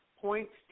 points